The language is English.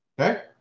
okay